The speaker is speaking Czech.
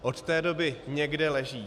Od té doby někde leží.